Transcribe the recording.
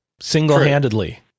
single-handedly